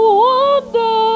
wonder